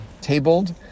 tabled